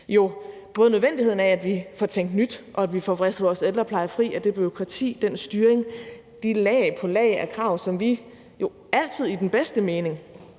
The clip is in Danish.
til nødvendigheden af, at vi får tænkt nyt, og at vi får vristet vores ældrepleje fri af det bureaukrati, den styring og de lag på lag af krav, som vi jo altid i den bedste mening,